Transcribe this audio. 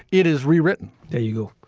it is rewritten there you go.